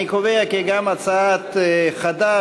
אני קובע כי גם הצעת חד"ש,